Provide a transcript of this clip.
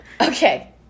Okay